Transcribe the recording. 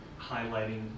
highlighting